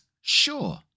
sure